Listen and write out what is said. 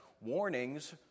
warnings